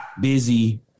Busy